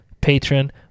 patron